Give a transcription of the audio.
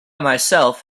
myself